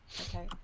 Okay